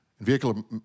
vehicle